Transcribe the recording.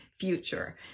Future